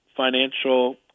Financial